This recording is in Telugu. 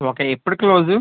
ఓకే ఎప్పుడు క్లోజు